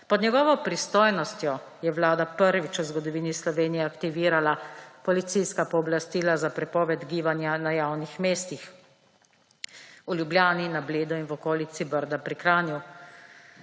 Pod njegovo pristojnostjo je Vlada prvič v zgodovini Slovenije aktivirala policijska pooblastila za prepoved gibanja na javnih mestih v Ljubljani na Bledu in v okolici Brda pri Kranju.